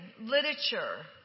literature